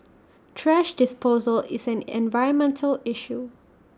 thrash disposal is an environmental issue